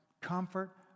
comfort